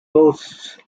boasts